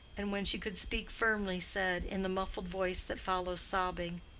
and when she could speak firmly said, in the muffled voice that follows sobbing,